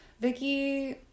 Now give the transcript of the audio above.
Vicky